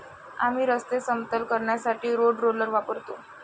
आम्ही रस्ते समतल करण्यासाठी रोड रोलर वापरतो